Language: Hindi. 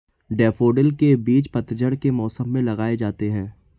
डैफ़ोडिल के बीज पतझड़ के मौसम में लगाए जाते हैं